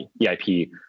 EIP